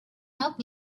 help